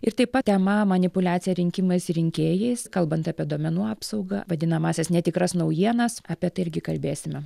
ir taip pat tema manipuliacija rinkimais ir rinkėjais kalbant apie duomenų apsaugą vadinamąsias netikras naujienas apie tai irgi kalbėsime